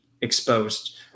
exposed